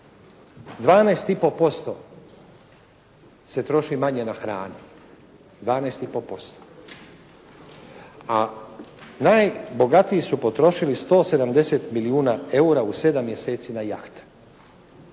12,5% se troši manje na hranu. A najbogatiji su potrošili 170 milijuna eura u 7 mjeseci na jahte.